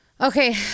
Okay